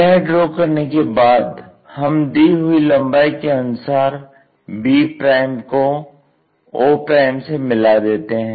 यह ड्रॉ करने के बाद हम दी हुई लंबाई के अनुसार b को o से मिला देते हैं